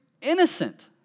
innocent